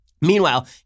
Meanwhile